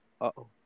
Uh-oh